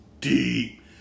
deep